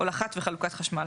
הולכה וחלוקת חשמל,